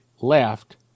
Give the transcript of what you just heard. left